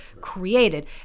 created